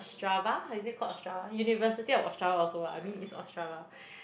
strava is it called a Ostrava university of Ostrava also lah I mean it's Ostrava